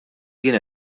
jien